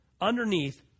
underneath